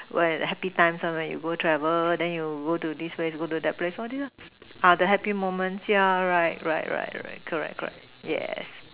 where happy times one where you go travel then you go to this place go to that place all this ah ah the happy moment yeah right right right right correct correct yes